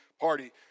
Party